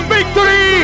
Victory